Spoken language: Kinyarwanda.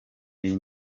iyi